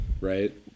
right